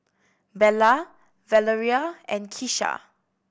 Bella Valeria and Kisha